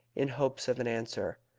in hopes of an answer,